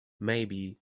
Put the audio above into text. maybe